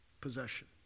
possession